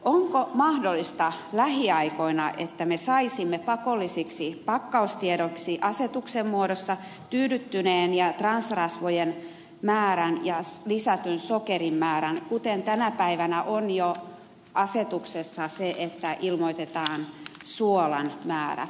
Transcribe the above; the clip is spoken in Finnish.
onko mahdollista lähiaikoina että me saisimme pakolliseksi pakkaustiedoksi asetuksen muodossa tyydyttyneiden ja transrasvojen määrän ja lisätyn sokerin määrän kuten tänä päivänä on jo asetuksessa se että ilmoitetaan suolan määrä